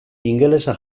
ingelesa